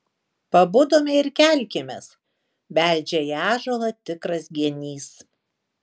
pabudome ir kelkimės beldžia į ąžuolą tikras genys